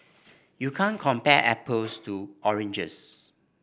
you can't compare apples to oranges